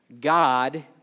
God